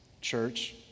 church